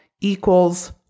equals